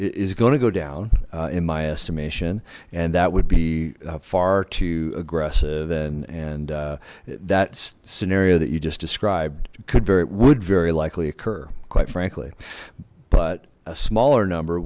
gonna go down in my estimation and that would be far too aggressive and and that's scenario that you just described could very would very likely occur quite frankly but a smaller number